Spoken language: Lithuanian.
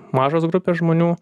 mažos grupės žmonių